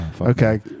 Okay